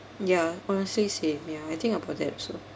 honestly same ya I think about that also